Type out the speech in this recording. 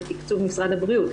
בתקצוב משרד הבריאות,